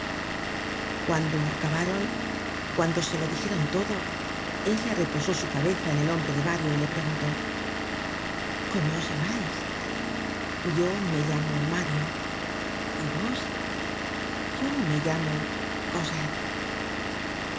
cuando acabaron cuando se lo dijeron todo ella reposó su cabeza en el hombro de mario y le preguntó cómo os llamais yo me llamo mario y vos yo me llamo cosetle